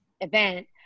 event